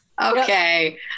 Okay